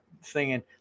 singing